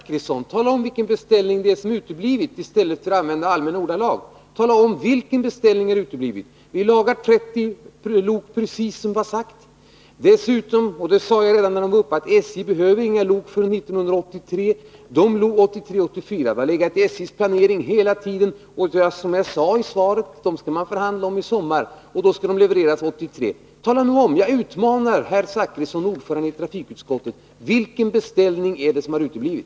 Herr talman! Jag utmanar herr Zachrisson att redogöra för vilken beställning som har uteblivit, inte bara tala om den i allmänna ordalag. Vi låter laga 30 lok per år, precis som varit förutskickat. Dessutom behöver SJ, som jag också sade vid uppvaktningen, inga lok förrän 1983/84. Dessalok har hela tiden ingått i SJ:s planering, och man skall, som jag sagt i svaret, i sommar förhandla om dessa lok, som skall levereras 1983. Jag utmanar alltså herr Zachrisson, ordförande i trafikutskottet, att tala om vilken beställning det är som har uteblivit.